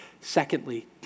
Secondly